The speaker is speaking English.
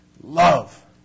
love